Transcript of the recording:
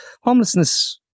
Homelessness